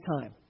time